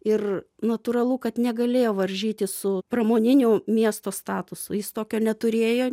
ir natūralu kad negalėjo varžytis su pramoninio miesto statusu jis tokio neturėjo